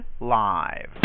live